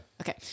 Okay